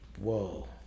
whoa